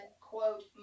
quote